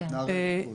כעין פראמדיקים,